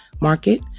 market